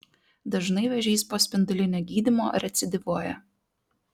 dažnai vėžys po spindulinio gydymo recidyvuoja